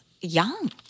young